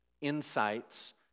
insights